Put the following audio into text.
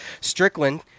strickland